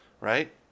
right